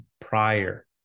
prior